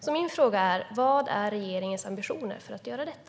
Vilka är regeringens ambitioner för detta?